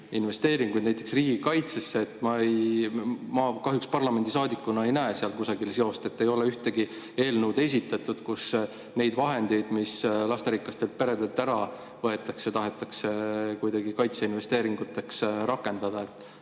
investeeringuid, näiteks riigikaitsesse. Ma kahjuks parlamendisaadikuna ei näe seal kusagil seost. Ei ole esitatud ühtegi eelnõu, kus neid vahendeid, mis lasterikastelt peredelt ära võetakse, tahetakse kuidagi kaitseinvesteeringuteks rakendada.